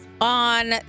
On